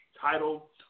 title